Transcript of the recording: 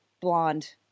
blonde